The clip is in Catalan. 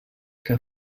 que